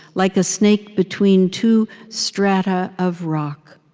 like a snake between two strata of rock.